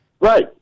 right